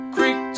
Creek